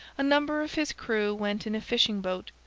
a number of his crew went in a fishing-boat,